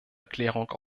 erklärung